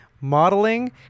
modeling